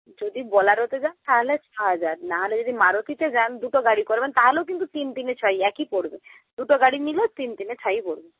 যদি বোলেরোতে যান তাহলে ছহাজার না হলে যদি মারুতিতে যান দুটো গাড়ি করবেন তাহলেও কিন্তু তিন তিনে ছয় একই পড়বে দুটো গাড়ি নিলে তিন তিনে ছয়ই পড়বে